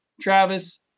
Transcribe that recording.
Travis